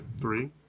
Three